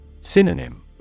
Synonym